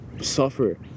suffer